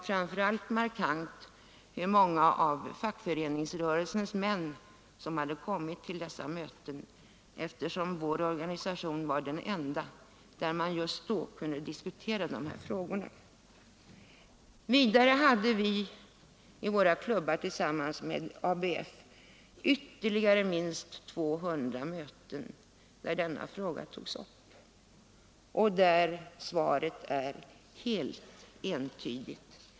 Framför allt var det markant hur många av fackföreningsrörelsens män som hade kommit till dessa möten, eftersom vår organisation var den enda inom arbetarrörelsen där man just då kunde diskutera de här frågorna. Vidare hade vi i våra klubbar tillsammans med ABF ytterligare minst 200 möten där denna fråga togs upp, och också där blev svaret helt entydigt.